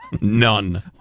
None